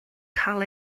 cael